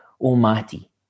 Almighty